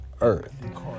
earth